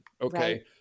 Okay